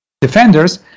defenders